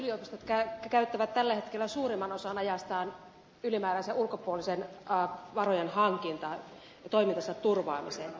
maakuntien yliopistot käyttävät tällä hetkellä suurimman osan ajastaan ylimääräiseen ulkopuoliseen varojen hankintaan ja toimintansa turvaamiseen